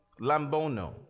lambono